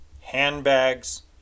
handbags